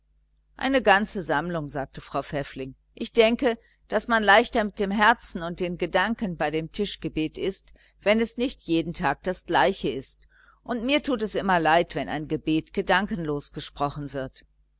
eine ganze sammlung sagte frau pfäffling ich denke daß man leichter mit dem herzen und den gedanken bei dem tischgebet ist wenn es nicht jeden tag das gleiche ist und mir tut es immer leid wenn ein gebet gedankenlos gesprochen wird